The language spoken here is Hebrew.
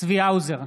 צבי האוזר,